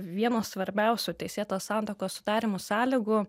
vienos svarbiausių teisėtos santuokos sudarymo sąlygų